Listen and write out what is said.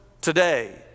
today